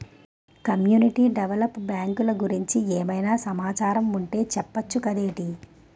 community develop బ్యాంకులు గురించి ఏమైనా సమాచారం ఉంటె చెప్పొచ్చు కదేటి